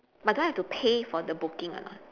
but do I have to pay for the booking or not